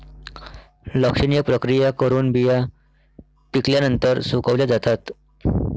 लक्षणीय प्रक्रिया करून बिया पिकल्यानंतर सुकवल्या जातात